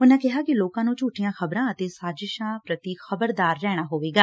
ਉਨੂਾਂ ਕਿਹਾ ਕਿ ਲੋਕਾਂ ਨੂੰ ਝੂਠੀਆਂ ਖ਼ਬਰਾਂ ਅਤੇ ਸਾਜ਼ਿਸਾਂ ਪ੍ਤੀ ਖ਼ਬਰਦਾਰ ਰਹਿਣਾ ਹੋਵੇਗਾ